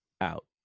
out